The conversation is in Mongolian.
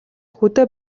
хөдөө